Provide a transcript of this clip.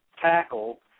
tackle